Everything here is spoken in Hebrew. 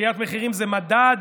עליית מחירים זה מדד.